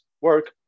work